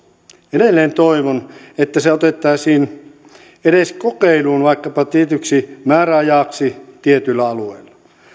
edelleen toivon että se otettaisiin edes kokeiluun vaikkapa tietyksi määräajaksi tietyillä alueilla